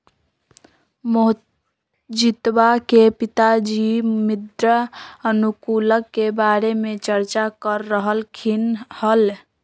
मोहजीतवा के पिताजी मृदा अनुकूलक के बारे में चर्चा कर रहल खिन हल